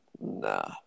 Nah